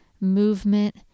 movement